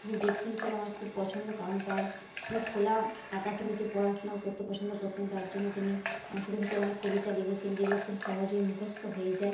তিনি ব্যক্তি হিসেবে আমার খুব পছন্দ কারণ তার সে খোলা আকাশের নিচে পড়াশোনাও করতে পছন্দ করতেন তার জন্য তিনি এমন ছোট ছোট অনেক কবিতা লিখেছেন যেগুলো খুব সহজেই মুখস্থ হয়ে যায়